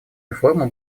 реформы